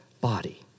body